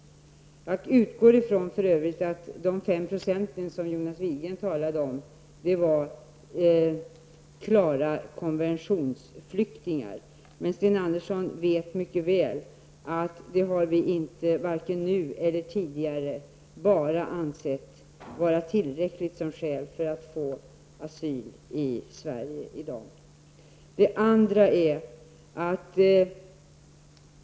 Jag utgår för övrigt ifrån, att de 5 % som Jonas Widgren talade om var klara konventionsflyktingar. Men Sten Andersson vet mycket väl att vi varken nu eller tidigare ansett att endast detta är tillräckligt skäl för att i dag få asyl i Sverige.